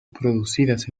producidas